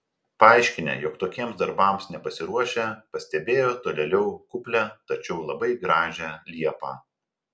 paaiškinę jog tokiems darbams nepasiruošę pastebėjo tolėliau kuplią tačiau labai gražią liepą